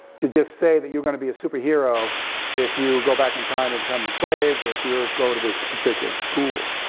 to just say that you're gonna be a super hero if you go back in time and become slaves or if you go to this particular school,